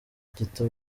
gito